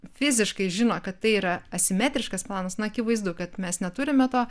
fiziškai žino kad tai yra asimetriškas planas na akivaizdu kad mes neturime to